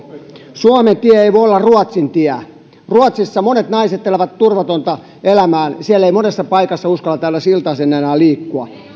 suomen tie ei voi olla ruotsin tie ruotsissa monet naiset elävät turvatonta elämää siellä ei monessa paikassa uskalleta edes iltaisin enää liikkua